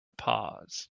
pause